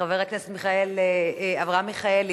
חבר הכנסת אברהם מיכאלי,